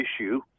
issue